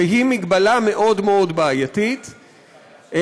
והיא הגבלה בעייתית מאוד,